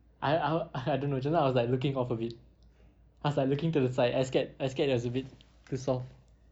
I I wa~ I don't know just now I was like looking off a bit I was like looking to the side I scared I scared it was a bit too soft